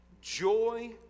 joy